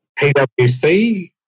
PwC